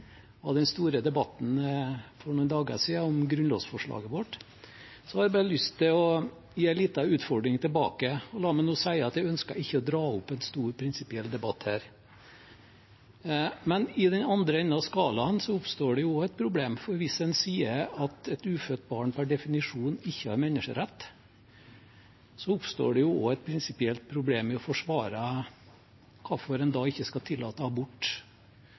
var den store debatten for noen dager siden, om grunnlovsforslaget vårt, har jeg lyst til å gi en liten utfordring tilbake – la meg bare si at jeg ikke ønsker å dra opp en stor prinsipiell debatt: I den andre enden av skalaen oppstår det også et problem, for hvis en sier at et ufødt barn per definisjon ikke har menneskerett, oppstår det også et prinsipielt problem i å forsvare hvorfor en da ikke skal tillate abort